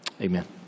Amen